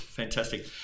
Fantastic